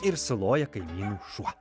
ir suloja kaimynų šuo